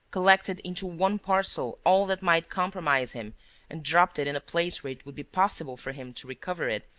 collected into one parcel all that might compromise him and dropped it in a place where it would be possible for him to recover it,